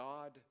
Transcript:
God